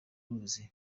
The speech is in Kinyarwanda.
ruzi